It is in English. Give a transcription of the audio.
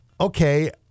okay